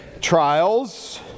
trials